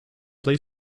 play